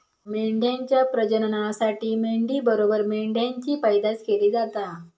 मेंढ्यांच्या प्रजननासाठी मेंढी बरोबर मेंढ्यांची पैदास केली जाता